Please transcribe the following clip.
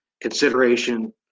consideration